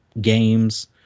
games